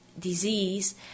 Disease